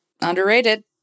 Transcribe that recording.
underrated